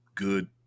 good